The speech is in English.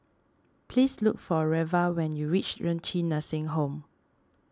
please look for Reva when you reach Renci Nursing Home